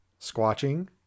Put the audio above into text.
squatching